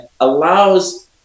allows